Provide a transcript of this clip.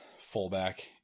fullback